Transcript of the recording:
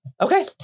Okay